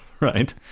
right